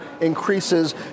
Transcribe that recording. increases